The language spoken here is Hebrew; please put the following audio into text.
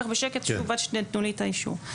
כך בשקט שוב עד שתיתנו לי את האישור.